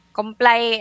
comply